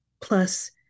Plus